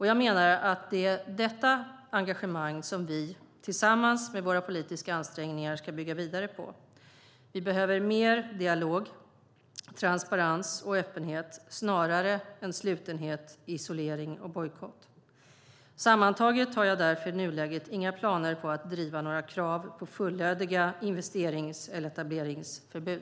Jag menar att det är detta engagemang som vi, tillsammans med våra politiska ansträngningar, ska bygga vidare på. Vi behöver mer dialog, transparens och öppenhet - snarare än slutenhet, isolering och bojkott. Sammantaget har jag därför i nuläget inga planer på att driva några krav på fullödiga investerings eller etableringsförbud.